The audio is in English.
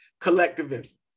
collectivism